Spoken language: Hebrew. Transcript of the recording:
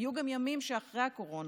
ויהיו גם ימים שאחרי הקורונה.